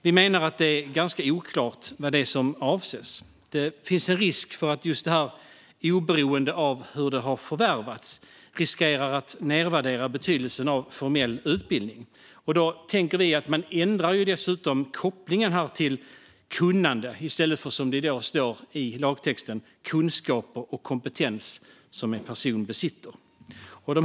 Vi menar att det är ganska oklart vad som avses och att det finns en risk att "oberoende av hur det förvärvats" nedvärderar betydelsen av formell utbildning. Vi tänker att man dessutom ändrar kopplingen till "kunnande" i stället för, som det i dag står i lagtexten, "kunskap och kompetens som en person besitter".